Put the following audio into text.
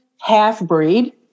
half-breed